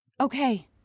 Okay